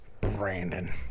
Brandon